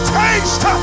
taste